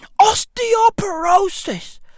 osteoporosis